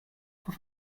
por